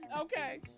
Okay